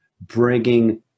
bringing